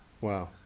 Wow